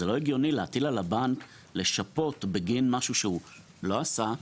זה לא הגיוני להטיל על הבנק לשפות בגין משהו שהוא לא עשה.